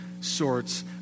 sorts